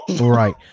Right